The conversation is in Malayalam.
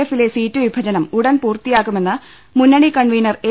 എഫിലെ സീറ്റ് വിഭജനം ഉടൻ പൂർത്തിയാക്കുമെന്ന് മുന്നണി കൺവീനർ എ